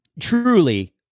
truly